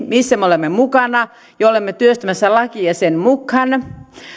missä me nyt olemme mukana ja olemme työstämässä lakia sen mukaan